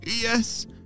Yes